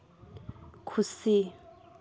ᱠᱷᱩᱥᱤ